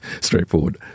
straightforward